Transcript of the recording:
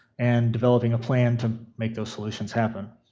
and developing a plan to make those solutions happen.